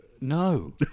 No